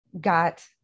got